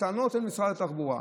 הטענות הן למשרד התחבורה.